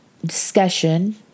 Discussion